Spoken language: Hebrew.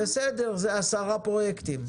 זה עשרה פרויקטים.